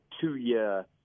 two-year